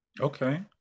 Okay